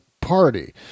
party